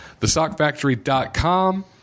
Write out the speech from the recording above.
TheSockFactory.com